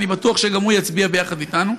אני בטוח שגם הוא יצביע ביחד אתנו.